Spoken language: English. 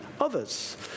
others